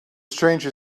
stranger